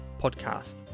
podcast